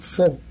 Four